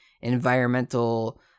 environmental